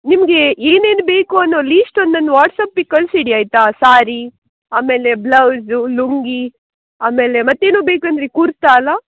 ನಿಮಗೆ ಏನೇನು ಬೇಕು ಅನ್ನೋ ಲೀಸ್ಟ್ ಒಂದನ್ನು ವಾಟ್ಸ್ಆ್ಯಪಿಗೆ ಕಳಿಸಿಡಿ ಆಯ್ತ ಸಾರಿ ಆಮೇಲೆ ಬ್ಲೌಸು ಲುಂಗಿ ಆಮೇಲೆ ಮತ್ತೇನೋ ಬೇಕಂದ್ರಿ ಕುರ್ತಾ ಅಲ್ಲ